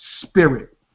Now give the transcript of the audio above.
spirit